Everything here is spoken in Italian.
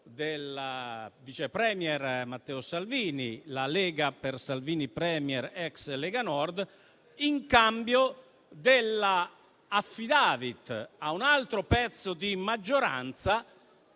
del vice *premier* Matteo Salvini, la Lega-Salvini Premier, ex Lega Nord, in cambio dell'*affidavit* a un altro pezzo di maggioranza,